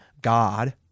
God